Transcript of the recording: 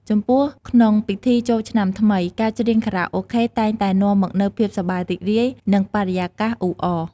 ចំពោះ ក្នុងពិធីចូលឆ្នាំថ្មី ការច្រៀងខារ៉ាអូខេតែងតែនាំមកនូវភាពសប្បាយរីករាយ និងបរិយាកាសអ៊ូអរ។